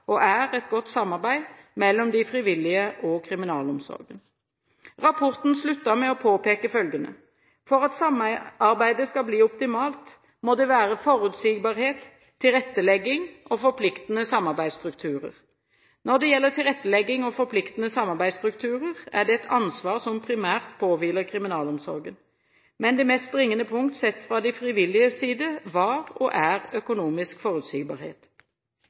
og er et godt samarbeid mellom de frivillige og kriminalomsorgen. Rapporten sluttet med å påpeke følgende: «For at samarbeidet skal bli optimalt må det være forutsigbarhet, tilrettelegging og forpliktende samarbeidsstrukturer.» Når det gjelder tilrettelegging og forpliktende samarbeidsstrukturer, er det et ansvar som primært påhviler kriminalomsorgen. Men det mest springende punkt, sett fra de frivilliges side, var og er økonomisk forutsigbarhet.